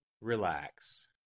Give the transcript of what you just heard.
Relax